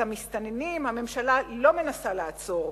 את המסתננים הממשלה לא מנסה לעצור.